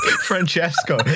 Francesco